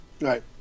right